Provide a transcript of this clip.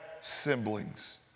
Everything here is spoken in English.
siblings